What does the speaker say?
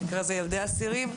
במקרה הזה ילדי אסירים.